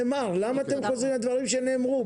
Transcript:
למה אתם חוזרים על דברים שנאמרו?